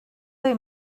they